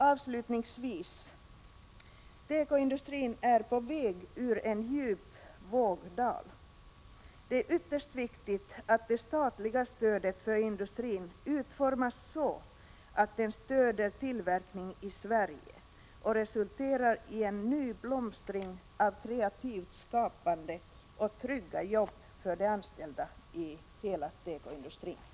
Avslutningsvis: Tekoindustrin är på väg ut ur en djup vågdal. Det är ytterst viktigt att det statliga stödet för industrin utformas så att det stöder tillverkning i Sverige och resulterar i en ny blomstring av kreativt skapande och trygga jobb för de anställda i hela tekoindustrin.